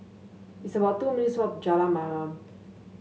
it's about two minutes' walk Jalan Mamam